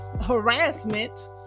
harassment